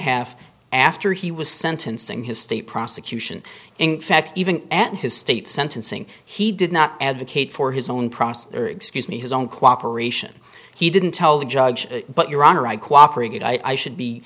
half after he was sentencing his state prosecution in fact even at his state sentencing he did not advocate for his own process or excuse me his own cooperation he didn't tell the judge but your honor i cooperated i should be